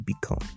become